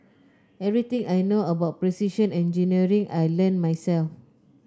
everything I know about precision engineering I learnt myself